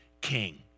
king